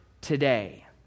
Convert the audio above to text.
today